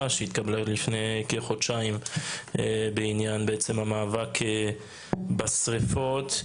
שהתקבלה לפני כחודשיים בעניין המאבק בשריפות,